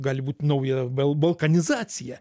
gali būt nauja bal balkanizacija